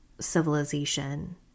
civilization